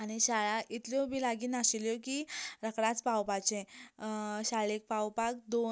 आनी शाळा इतल्योय बी लागीं नाशिल्ल्यो की रोखडेंच पावपाचें शाळेंत पावपाक दोन